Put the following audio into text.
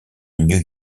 new